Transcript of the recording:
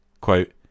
Quote